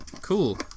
Cool